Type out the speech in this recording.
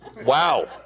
Wow